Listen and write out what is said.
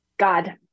God